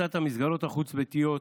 הפרטת המסגרות החוץ-ביתיות,